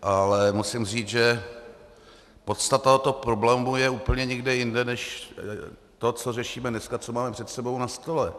Ale musím říct, že podstata tohoto problému je úplně někde jinde než to, co řešíme dneska, co máme před sebou na stole.